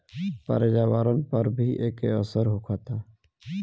पर्यावरण पर भी एके असर होखता